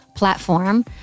Platform